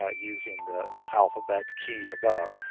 ah using the alphabet key above,